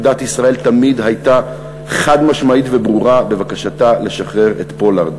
עמדת ישראל תמיד הייתה חד-משמעית וברורה בבקשתה לשחרר את פולארד,